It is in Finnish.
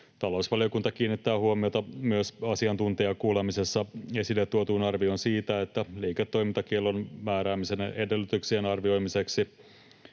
Talousvaliokunta kiinnittää huomiota myös asiantuntijakuulemisessa esille tuotuun arvioon siitä, että liiketoimintakiellon määräämisen edellytyksien arvioimiseksi